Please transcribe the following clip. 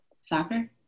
Soccer